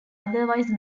otherwise